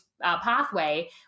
pathway